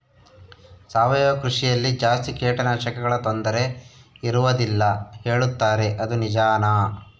ಸಾವಯವ ಕೃಷಿಯಲ್ಲಿ ಜಾಸ್ತಿ ಕೇಟನಾಶಕಗಳ ತೊಂದರೆ ಇರುವದಿಲ್ಲ ಹೇಳುತ್ತಾರೆ ಅದು ನಿಜಾನಾ?